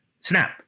snap